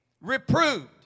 Reproved